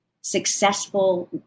successful